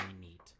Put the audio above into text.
neat